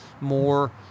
more